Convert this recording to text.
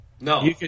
No